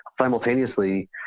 Simultaneously